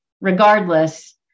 regardless